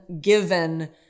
given